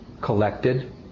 collected